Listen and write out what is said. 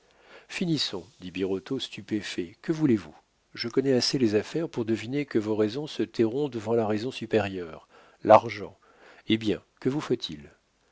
finissons dit birotteau stupéfait que voulez-vous je connais assez les affaires pour deviner que vos raisons se tairont devant la raison supérieure l'argent eh bien que vous faut-il